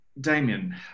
Damien